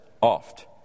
oft